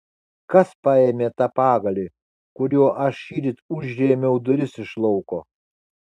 kas paėmė tą pagalį kuriuo aš šįryt užrėmiau duris iš lauko